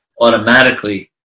automatically